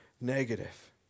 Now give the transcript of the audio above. negative